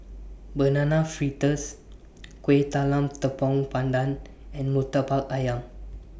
Banana Fritters Kueh Talam Tepong Pandan and Murtabak Ayam